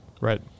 Right